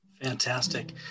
Fantastic